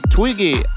Twiggy